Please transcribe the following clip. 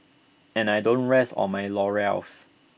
and I don't rest on my laurels